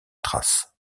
trace